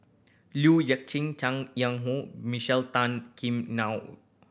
Liu Yat Chin Chang Yang Hong Michelle Tan Kim Nei